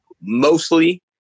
mostly